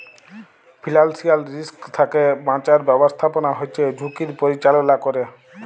financial risk থ্যাকে বাঁচার ব্যাবস্থাপনা হচ্যে ঝুঁকির পরিচাললা ক্যরে